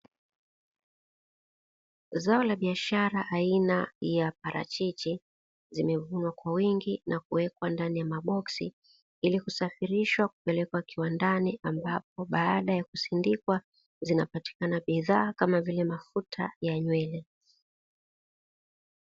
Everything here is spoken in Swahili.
Zao la biashara aina ya parachichi zimevunwa kwa wingi na kuwekwa ndani ya maboksi ili kusafirishwa kupelekwa kiwandani ambapo baada ya kusindikwa zinapatikana bidhaa kama vile mafuta ya nywele.